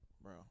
Bro